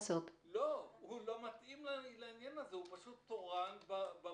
והוא לא מתאים לעניין - הוא פשוט תורן במוקד.